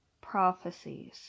prophecies